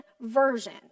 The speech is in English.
version